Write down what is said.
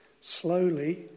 slowly